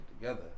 together